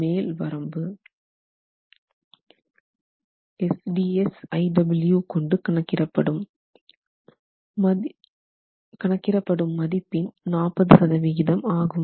மேல் வரம்பு SDS Iw px கொண்டு கணக்கிடப்படும் மதிப்பின் 40 சதவீதம் ஆகும்